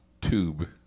tube